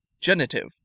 Genitive